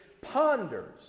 ponders